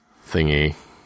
thingy